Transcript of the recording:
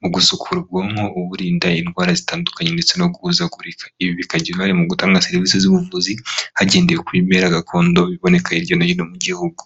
mu gusukura ubwonko uwurinda indwara zitandukanye ndetse no guhuzagurika ibi bikagira uruharemu gutanga serivisi z'ubuvuzi hagendewe kuri bimera gakondo biboneka hirya no hino mu gihugu.